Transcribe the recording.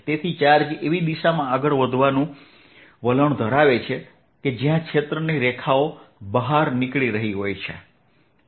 તેથી ચાર્જ એવી દિશામાં આગળ વધવાનું વલણ ધરાવે છે જ્યાં ક્ષેત્રની રેખાઓ બહાર નીકળી રહી છે